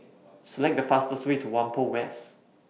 Select The fastest Way to Whampoa West